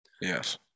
yes